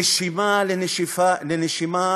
נשימה אל נשימה,